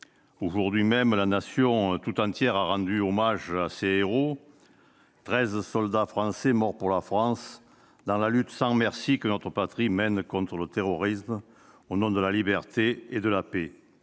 Aujourd'hui même, la Nation tout entière a rendu hommage à ses héros. Treize soldats français morts pour la France, dans la lutte sans merci que notre patrie mène contre le terrorisme, au nom de la liberté et de la paix.